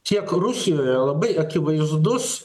tiek rusijoje labai akivaizdus